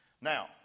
Now